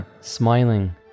Smiling